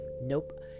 Nope